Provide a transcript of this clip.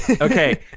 Okay